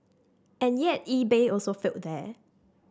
and yet eBay also failed there